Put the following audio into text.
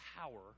power